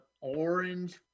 orange